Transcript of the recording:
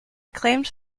acclaimed